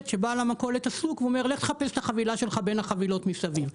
ובעל המכולת עסוק ואומר לך תחפש את החבילה שלך בין החבילות מסביב.